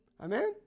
Amen